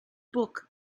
book